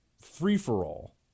free-for-all